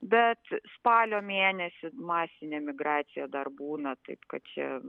bet spalio mėnesį masinė migracija dar būna taip kad čia